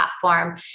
platform